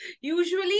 usually